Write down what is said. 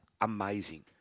amazing